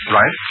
right